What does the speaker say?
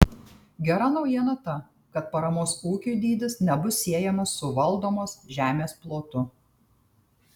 gera naujiena ta kad paramos ūkiui dydis nebus siejamas su valdomos žemės plotu